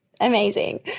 Amazing